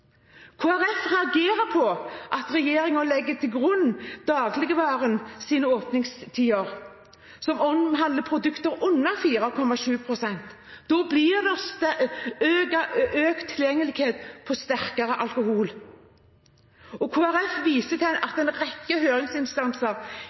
Folkeparti reagerer på at regjeringen legger til grunn dagligvarehandelens åpningstider, som omhandler produkter under 4,7 pst. Da blir det økt tilgjengelighet for sterkere alkohol. Kristelig Folkeparti viser til at en